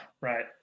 right